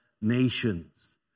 nations